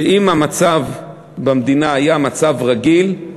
שאם המצב במדינה היה מצב רגיל,